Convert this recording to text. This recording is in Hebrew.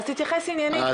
אז תתייחס עניינית.